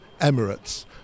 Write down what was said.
Emirates